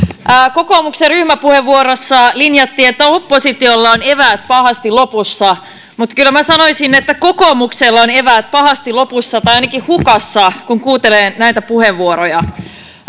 kokoomuksen ryhmäpuheenvuorossa linjattiin että oppositiolla on eväät pahasti lopussa mutta kyllä minä sanoisin että kokoomuksella on eväät pahasti lopussa tai ainakin hukassa kun kuuntelee näitä puheenvuoroja